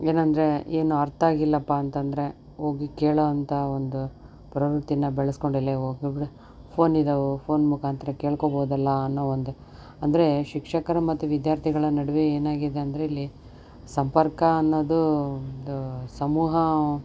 ಏನಂದರೆ ಏನು ಅರ್ಥಾಗಿಲ್ಲಪ್ಪಾ ಅಂತಂದರೆ ಹೋಗಿ ಕೇಳೋವಂಥಾ ಒಂದು ಪ್ರವೃತ್ತಿಯನ್ನ ಬೆಳೆಸ್ಕೊಂಡಿಲ್ಲ ಇವು ಹುಡುಗರು ಫೋನಿದವು ಫೋನ್ ಮುಖಾಂತರ ಕೇಳ್ಕೊಬೋದಲ್ಲ ಅನ್ನೋ ಒಂದು ಅಂದರೆ ಶಿಕ್ಷಕರ ಮತ್ತು ವಿದ್ಯಾರ್ಥಿಗಳ ನಡುವೆ ಏನಾಗಿದೆ ಅಂದರೆ ಇಲ್ಲಿ ಸಂಪರ್ಕ ಅನ್ನೋದು ಒಂದು ಸಮೂಹ